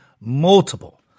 multiple